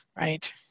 Right